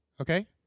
Okay